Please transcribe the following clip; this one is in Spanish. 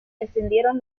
descendieron